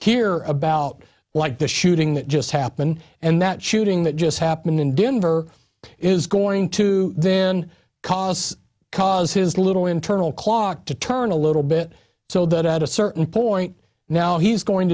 hear about like the shooting that just happened and that shooting that just happened in denver is going to then cause cause his little internal clock to turn a little bit so that at a certain point now he's going